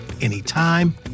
anytime